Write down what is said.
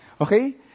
Okay